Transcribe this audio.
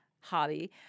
hobby